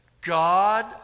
God